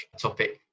topic